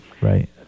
Right